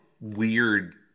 weird